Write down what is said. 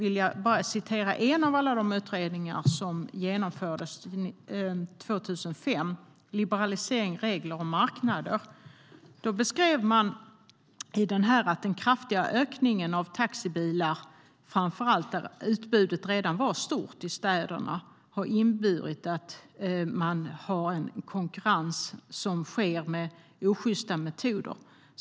I en av alla de utredningar som genomfördes 2005, Liberalisering, regler och marknader , beskriver man att den kraftiga ökningen av taxibilar, framför allt där utbudet redan var stort i städerna, inneburit att man har en konkurrens som sker med osjysta metoder.